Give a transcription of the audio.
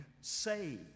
saved